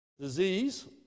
disease